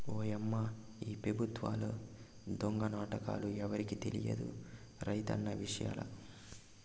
ఓయమ్మా ఈ పెబుత్వాల దొంగ నాటకాలు ఎవరికి తెలియదు రైతన్న విషయంల